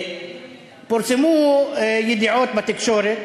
פורסמו ידיעות בתקשורת